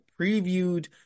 previewed